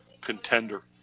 contender